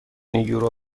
یورو